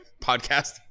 podcast